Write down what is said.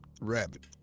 Rabbit